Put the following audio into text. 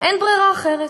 אין ברירה אחרת.